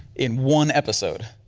in one episode.